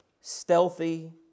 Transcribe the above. stealthy